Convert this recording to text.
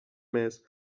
mes